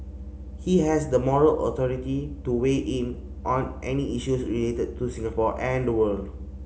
he has the moral authority to weigh in on any issues related to Singapore and the world